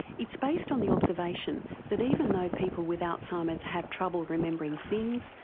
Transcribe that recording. it's based on the observation that even though people with alzheimer's have trouble remembering things,